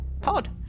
pod